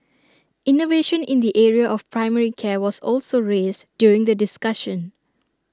innovation in the area of primary care was also raised during the discussion